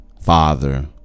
Father